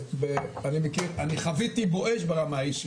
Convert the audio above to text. אני חוויתי "בואש" ברמה האישית.